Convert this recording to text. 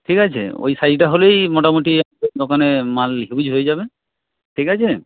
ঠিক আছে ওই সাইজটা হলেই মোটামুটি দোকানে মাল হিউজ হয়ে যাবে ঠিক আছে